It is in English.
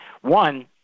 One